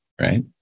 right